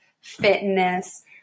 fitness